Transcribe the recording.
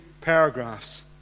paragraphs